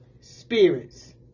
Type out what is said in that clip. spirits